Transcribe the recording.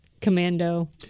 commando